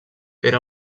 era